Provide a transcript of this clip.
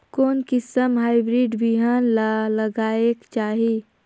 कोन किसम हाईब्रिड बिहान ला लगायेक चाही?